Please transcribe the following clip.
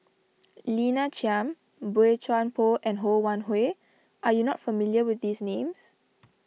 Lina Chiam Boey Chuan Poh and Ho Wan Hui are you not familiar with these names